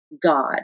God